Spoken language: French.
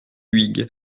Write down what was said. huyghe